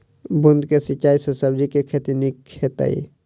बूंद कऽ सिंचाई सँ सब्जी केँ के खेती नीक हेतइ?